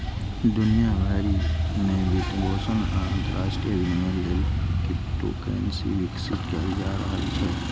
दुनिया भरि मे वित्तपोषण आ अंतरराष्ट्रीय विनिमय लेल क्रिप्टोकरेंसी विकसित कैल जा रहल छै